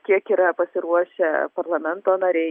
kiek yra pasiruošę parlamento nariai